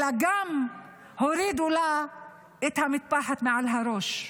אלא גם הורידו לה את המטפחת מעל הראש.